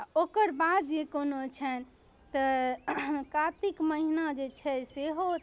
आओर ओकर बाद जे कोनो छनि तऽ कातिक महिना जे छै सेहो